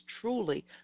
truly